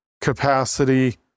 capacity